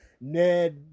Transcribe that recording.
Ned